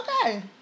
Okay